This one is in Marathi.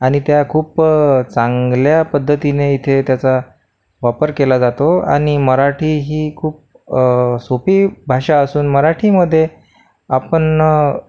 आणि त्या खूप चांगल्या पद्धतीने इथे त्याचा वापर केला जातो आणि मराठी ही खूप सोपी भाषा असून मराठीमध्ये आपण